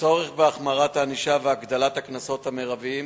הצורך בהחמרת הענישה ובהגדלת הקנסות המרביים,